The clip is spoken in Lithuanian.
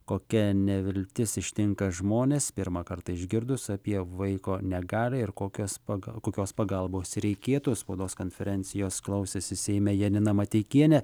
kokia neviltis ištinka žmones pirmą kartą išgirdus apie vaiko negalią ir kokios pagal kokios pagalbos reikėtų spaudos konferencijos klausėsi seime janina mateikienė